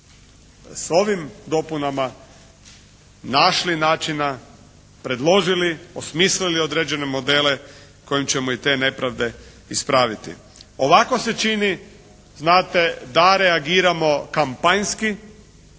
s ovim dopunama našli načina, predložili, osmislili određene modele kojim ćemo i te nepravde ispraviti. Ovako se čini znate da reagiramo kampanjski,